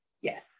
Yes